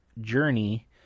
Journey